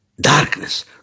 darkness